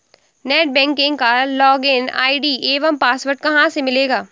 Net banking का login ID एवं password कहाँ से मिलेगा?